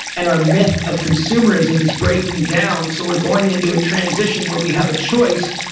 and our myth of consumerism is breaking down. so we're going into a transition where we have a choice,